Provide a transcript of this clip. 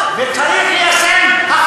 אמת, ולא במילים, ולא סתם ברטוריקה.